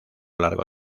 largo